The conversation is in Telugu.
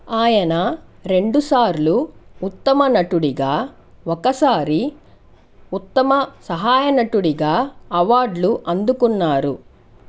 ఆయన రెండు సార్లు ఉత్తమ నటుడిగా ఒకసారి ఉత్తమ సహాయ నటుడిగా అవార్డులు అందుకున్నారు